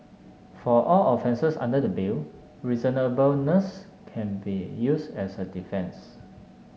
for all offences under the Bill reasonableness can be used as a defence